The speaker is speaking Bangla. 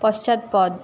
পশ্চাৎপদ